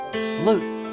Look